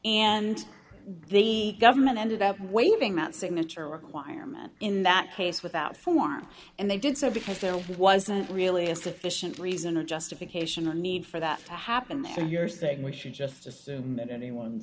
and the government ended up waiving that signature requirement in that case without form and they did so because there wasn't really a sufficient reason or justification a need for that to happen there you're saying we should just assume that anyone